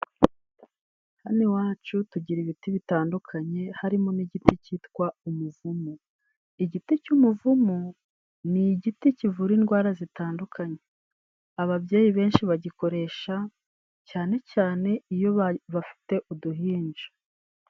Hano iwacu tugira ibiti bitandukanye harimo n'igiti cyitwa umuvumu, igiti cy'umuvumu ni igiti kivura indwara zitandukanye, ababyeyi benshi bagikoresha cyane cyane iyo bafite uduhinja.